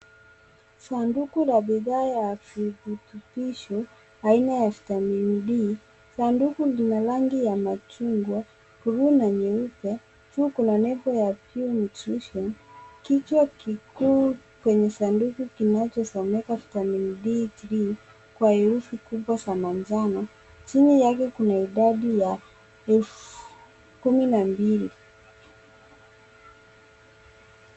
Sanduku la bidhaa ya virutubisho aina ya vitamini D. Sanduku lina rangi ya machungwa, buluu na nyeupe. Juu kuna nembo ya Pure Nutrition kichwa kikuu kwenye sanduku kinachozomeka vitamini D3 kwa herufi kubwa za manjano. Chini yake kuna idadi ya elfu kumi na mbili.